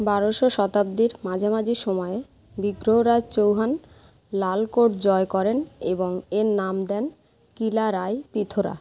বারোশো শতাব্দীর মাঝামাঝি সময়ে বিগ্রহরাজ চৌহান লালকোট জয় করেন এবং এর নাম দেন কিলা রাই পিথোরা